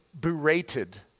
berated